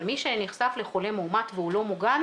אבל מי שנחשף לחולה מאומת והוא לא מוגן,